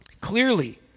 Clearly